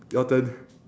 your turn